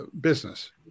business